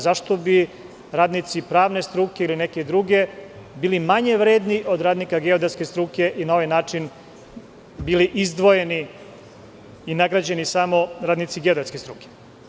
Zašto bi radnici pravne struke ili neke druge, bili manje vredni od radnika geodetske struke i na ovaj način bili izdvojeni i nagrađeni samo radnici geodetske struke?